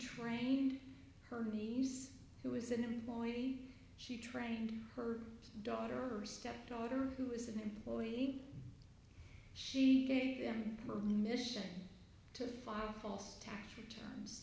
trained her niece who was an employee she trained her daughter stepdaughter who is an employee she gave them permission to file false tax returns